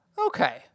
Okay